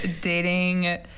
dating